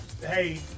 hey